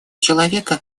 человека